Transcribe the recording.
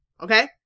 okay